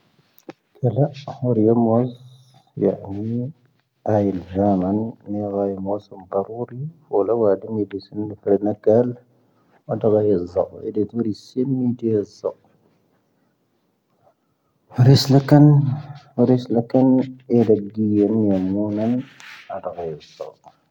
ⵜⵍⴰ ʻⴰⵀoⵔⵉ ⵎoⵣⵣ ⵢⴰⴰⵏⵉ ⴰⵉⵍ ⵊⴰⵎⴰⵏ ⵏⵉⴰⵡⴰⵉ ⵎoⵣⵣⵓⵎ ⵇⴰⵡoⵔⵉ. ʻⵓ'ⵍⴰ ⵡⴰʻⴷⵀⵓⵎ ʻⵉ'ⴱⵉⵣⵓⵏ ⵡⴻⵍ ⵏⴰⴽⴰⴰⵍ ʻⴰⵟⴰⴱⴰⵀⵉ ʻⴰⵣⵣⴰʻⵓ ʻⴻⴷⵉ ʻⵉʃ ʃⵉⴱⵎ ʻⵉ ʻⴰⵣⵣⴰʻⵓ. ʻⵉʃ ⵍⴰⴽⴰⵏ ʻⵉʃ ⵍⴰⴽⴰⵏ ʻⵉʃ ʻⵉʃ ʻⵉʃ ⵎⵉⴰⵎ ⵎoⵓⵏⴰⵏ ʻⴰⵟⴰⴱⴰⵀⵉ ʻⴰⵣⵣⴰʻⵓ.